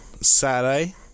Saturday